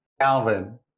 Calvin